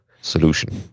solution